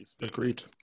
Agreed